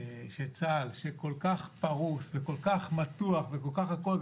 שצה"ל שכל כך פרוס וכל כך מתוח וכל כך הכול,